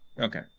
Okay